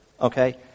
okay